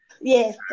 yes